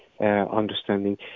understanding